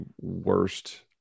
worst